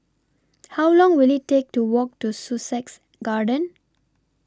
How Long Will IT Take to Walk to Sussex Garden